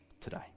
today